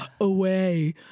away